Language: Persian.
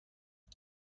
شده